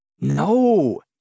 No